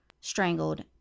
strangled